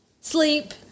sleep